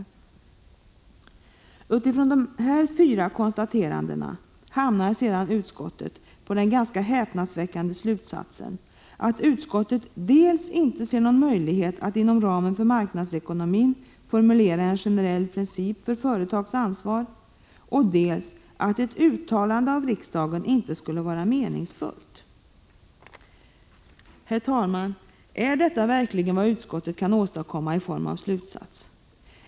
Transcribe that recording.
129 Utifrån dessa fyra konstateranden hamnar utskottet sedan på den ganska häpnadsväckande slutsatsen dels att utskottet inte ser någon möjlighet att inom ramen för marknadsekonomin formulera en generell princip för företags ansvar, dels att ett uttalande av riksdagen inte skulle vara meningsfullt. Herr talman! Är detta verkligen vad utskottet kan åstadkomma i form av slutsats?